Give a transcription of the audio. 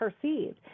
perceived